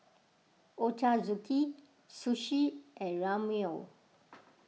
Ochazuke Sushi and Ramyeon